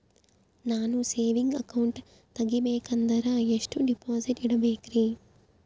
ನಾನು saving account ತೆಗಿಬೇಕಂದರ ಎಷ್ಟು ಡಿಪಾಸಿಟ್ ಇಡಬೇಕ್ರಿ?